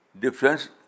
difference